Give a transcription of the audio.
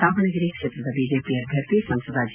ದಾವಣಗೆರೆ ಕ್ಷೇತ್ರದ ಬಿಜೆಪಿ ಅಭ್ಯರ್ಥಿ ಸಂಸದ ಜಿ